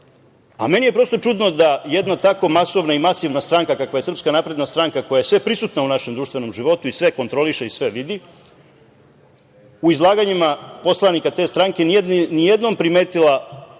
Meni je prosto čudno da jedna masovna i masivna stranka kakva je SNS koja je sveprisutna u našem društvenom životu i sve kontroliše i sve vidi, u izlaganjima poslanika te stranke ni jednom primetila